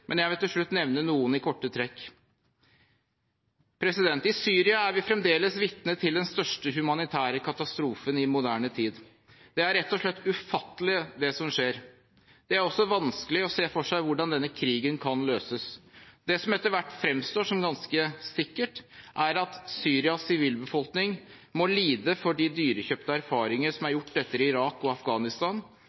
men jeg vil til slutt nevne noen i korte trekk. I Syria er vi fremdeles vitne til den største humanitære katastrofen i moderne tid. Det som skjer, er rett og slett ufattelig. Det er også vanskelig å se for seg hvordan denne krigen kan løses. Det som etter hvert fremstår som ganske sikkert, er at Syrias sivilbefolkning må lide for de dyrekjøpte erfaringer som er gjort etter Irak og Afghanistan,